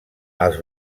els